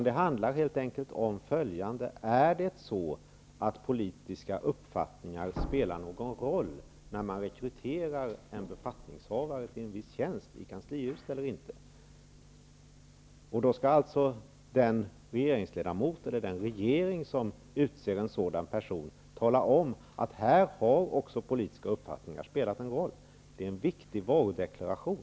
Det handlar helt enkelt om om politiska uppfattningar spelar någon roll när man rekryterar en befattningshavare till en viss tjänst i kanslihuset. Den regering som utser en sådan person måste i så fall tala om att den politiska uppfattningen har spelat roll. Det är en viktig varudeklaration.